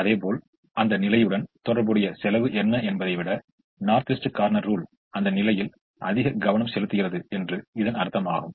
அதேபோல் அந்த நிலையுடன் தொடர்புடைய செலவு என்ன என்பதை விட நார்த் வெஸ்ட் கார்னர் ரூல் அந்த நிலையில் அதிக கவனம் செலுத்துகிறது என்று இதன் அர்த்தமாகும்